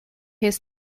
his